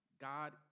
God